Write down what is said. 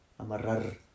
Amarrar